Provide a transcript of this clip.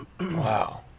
Wow